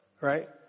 right